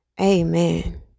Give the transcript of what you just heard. Amen